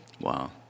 Wow